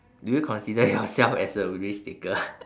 do you consider yourself as a risk taker